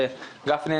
גפני,